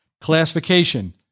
Classification